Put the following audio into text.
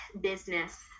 business